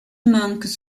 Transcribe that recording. manquent